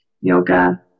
yoga